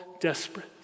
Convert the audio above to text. desperate